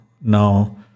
now